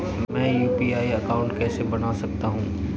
मैं UPI account कैसे बना सकता हूं?